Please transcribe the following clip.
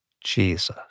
Jesus